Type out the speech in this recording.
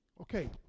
Okay